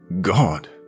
God